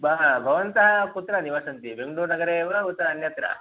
ब भवन्तः कुत्र निवसन्ति बेङ्गलूरुनगरे एव उत अन्यत्र